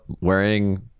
wearing